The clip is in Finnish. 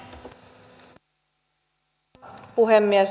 arvoisa puhemies